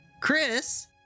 Chris